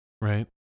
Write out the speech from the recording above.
Right